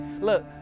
Look